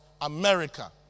America